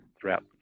throughout